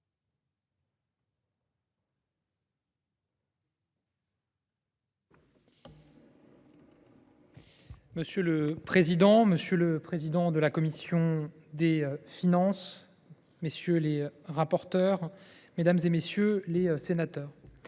Monsieur le président, monsieur le président de la commission des finances, monsieur le rapporteur, mesdames, messieurs les sénateurs,